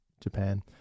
Japan